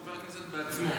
חבר הכנסת בעצמו.